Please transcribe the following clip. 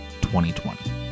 2020